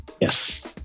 Yes